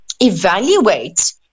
evaluate